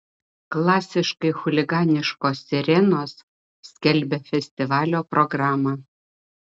klasiškai chuliganiškos sirenos skelbia festivalio programą